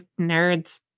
nerds